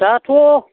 दाथ'